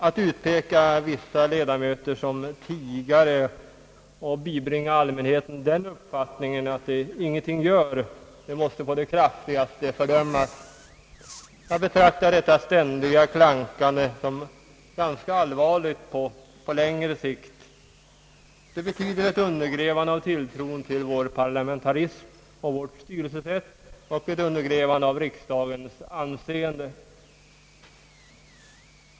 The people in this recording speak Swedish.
Att utpeka vissa ledamöter som tigare och bibringa allmänheten uppfattningen att de ingenting gör måste på det kraftigaste fördömas. Jag betraktar detta ständiga klankande som ganska allvarligt på längre sikt. Det betyder ett undergrävande av tilltron till vår parlamentarism och vårt styrelsesätt och ett undergrävande av riksdagens anseende.